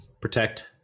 Protect